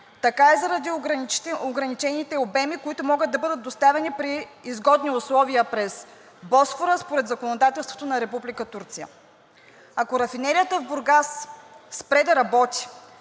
така и заради ограничените обеми, които могат да бъдат доставени при изгодни условия през Босфора според законодателството на Република Турция. Ако рафинерията в Бургас спре да работи,